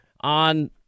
on